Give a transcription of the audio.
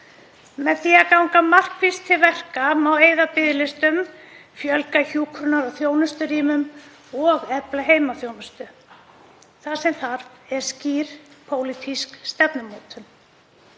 Með því að ganga markvisst til verka má eyða biðlistum, fjölga hjúkrunar- og þjónusturýmum og efla heimaþjónustu. Það sem þarf er skýr pólitísk stefnumótun,